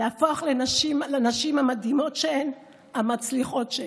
להפוך לנשים המדהימות שהן, המצליחות שהן.